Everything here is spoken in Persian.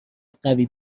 قوی